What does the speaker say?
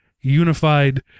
Unified